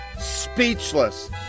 Speechless